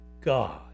God